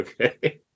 Okay